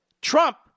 Trump